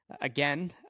again